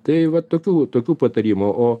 tai va tokių tokių patarimų o